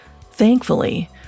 Thankfully